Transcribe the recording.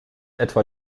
etwa